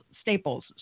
Staples